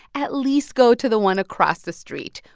at least go to the one across the street.